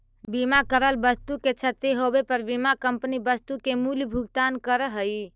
बीमा करल वस्तु के क्षती होवे पर बीमा कंपनी वस्तु के मूल्य भुगतान करऽ हई